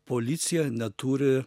policija neturi